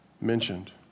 Mentioned